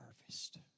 harvest